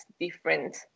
different